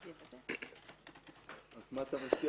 אני מציע